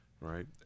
right